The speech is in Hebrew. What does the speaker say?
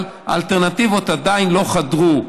אבל האלטרנטיבות עדיין לא חדרו.